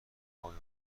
پایانی